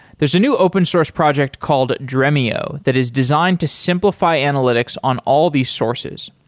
there's a new open-source project called dremio that is designed to simplify analytics on all these sources.